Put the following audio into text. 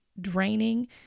draining